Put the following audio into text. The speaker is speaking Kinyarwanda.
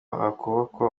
hakubakwa